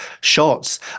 shots